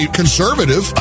conservative